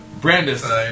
Brandis